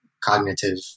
cognitive